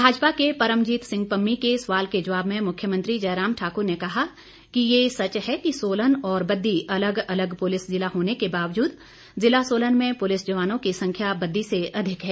भाजपा के परमजीत सिंह पम्मी के सवाल के जवाब में मुख्यमंत्री जयराम ठाक्र ने कहा कि यह सच्च है कि सोलन और बद्दी अलगअलग पुलिस जिला होने के बावजूद जिला सोलन में पुलिस जवानों की संख्या बददी से अधिक है